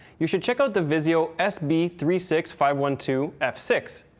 you should check out the vizio s b three six five one two f six.